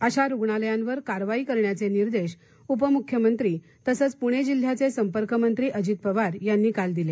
अशा रुग्णालयावर कार्यवाही करण्याचे निर्देश उपमुख्यमंत्री तथा पुणे जिल्ह्याचे संपर्कमंत्री अजित पवार यांनी काल दिले